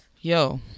Yo